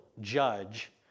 judge